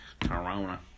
Corona